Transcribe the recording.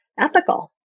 ethical